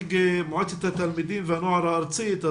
נציג מועצת התלמידים והנוער הארצית.